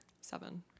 seven